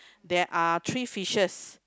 there are three fishes